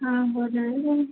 हाँ हो जाएगा